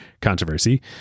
controversy